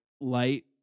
light